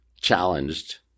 challenged